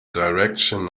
direction